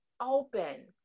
open